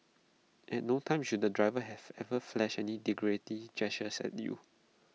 at no time should the driver have ever flashed any derogatory gesture at you